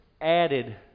added